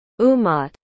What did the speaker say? UMAT